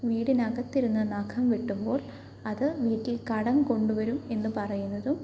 വീടിനകത്തിരുന്ന് നഖം വെട്ടുമ്പോൾ അത് വീട്ടിൽ കടം കൊണ്ടുവരും എന്ന് പറയുന്നതും